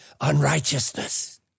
unrighteousness